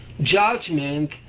judgment